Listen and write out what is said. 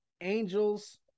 angels